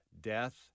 death